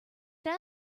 shut